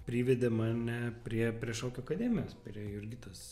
privedė mane prie prie šokių akademijos prie jurgitos